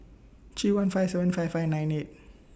three one five seven five five nine eight